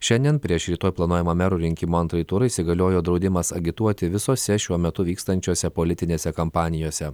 šiandien prieš rytoj planuojamą merų rinkimų antrąjį turą įsigaliojo draudimas agituoti visose šiuo metu vykstančiose politinėse kampanijose